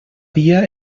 dia